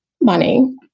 money